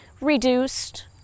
reduced